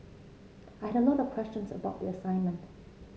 I had a lot of questions about the assignment